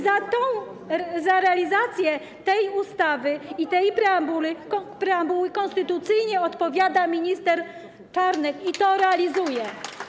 Za realizację tej ustawy i tej preambuły konstytucyjnie odpowiada minister Czarnek, i to realizuje.